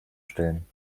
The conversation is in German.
stellen